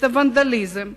את הוונדליזם,